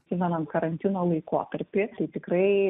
atsimenam karantino laikotarpį tai tikrai